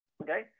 okay